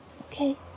Okay